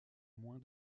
moins